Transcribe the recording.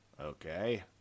Okay